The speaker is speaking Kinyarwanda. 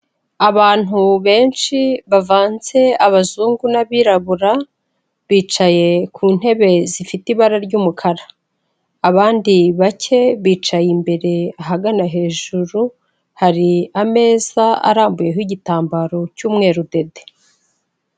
Abantu benshi bavanze; abazungu n'abirabura, bicaye ku ntebe zifite ibara ry'umukara. Abandi bake bicaye imbere ahagana hejuru, hari ameza arambuyeho igitambaro cy'umweru dede.